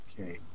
Okay